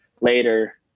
later